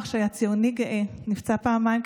אני אימא גאה לארבעת בניי האהובים ירדן,